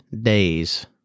days